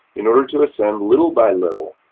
in order to ascend, little by and little,